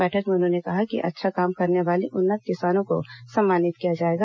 बैठक में उन्होंने कहा कि अच्छा काम करने वाले उन्नत किसानों को सम्मानित किया जाएगा